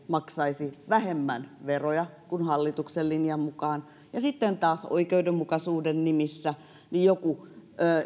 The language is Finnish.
maksaisi vähemmän veroja kuin hallituksen linjan mukaan sitten taas oikeudenmukaisuuden nimissä joku